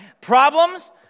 Problems